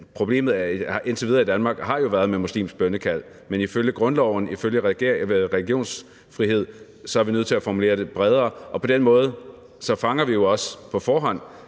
problemet indtil videre i Danmark jo har været med muslimske bønnekald. Men som følge af grundloven og religionsfriheden er vi nødt til at formulere det bredere, og på den måde fanger vi jo også på forhånd